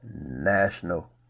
National